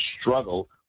struggle